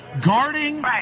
guarding